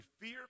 fear